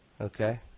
Okay